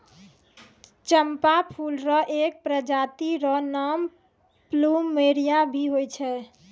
चंपा फूल र एक प्रजाति र नाम प्लूमेरिया भी होय छै